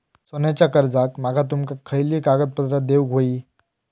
सोन्याच्या कर्जाक माका तुमका खयली कागदपत्रा देऊक व्हयी?